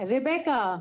Rebecca